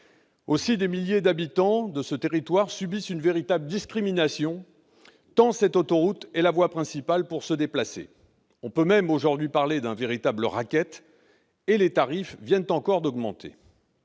Aussi, des milliers d'habitants de ce territoire subissent une véritable discrimination, tant cette autoroute est la voie principale pour se déplacer. On peut même aujourd'hui parler d'un véritable racket ! Et les tarifs viennent encore d'augmenter.